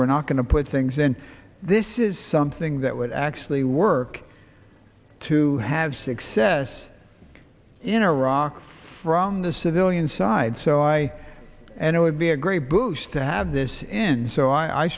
we're not going to put things in this is something that would actually work to have success in iraq from the civilian side so i and i would be agree boosh to have this in so i